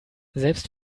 selbst